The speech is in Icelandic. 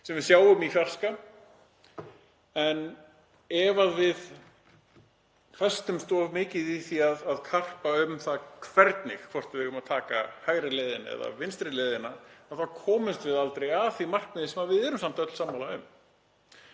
sem við sjáum í fjarska en ef við festumst of mikið í því að karpa um það hvort við eigum að taka hægri leiðina eða vinstri leiðina þá komumst við aldrei að því markmiði sem við erum samt öll sammála um.